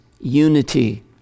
unity